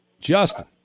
Justin